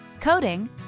coding